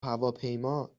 هواپیما